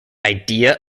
idea